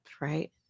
right